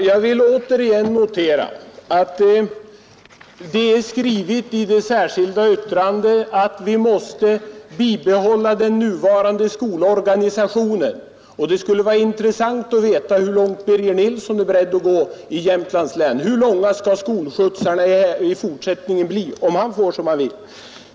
Herr talman! Jag noterar återigen att det står i det särskilda yttrandet att vi måste bibehålla den nuvarande skolorganisationen. Det skulle vara intressant att få veta hur långt Birger Nilsson är beredd att gå i fråga om indragningar i Jämtlands län. Hur långa skall skolskjutsarna i fortsättningen bli, om han får som han vill?